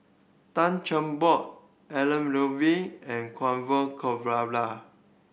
Tan Cheng Bock Elangovan and Orfeur Cavenagh